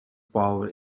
power